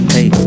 Hey